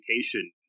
education